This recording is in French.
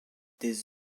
des